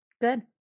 good